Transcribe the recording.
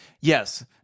Yes